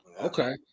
Okay